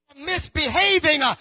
misbehaving